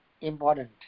important